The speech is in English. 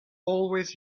always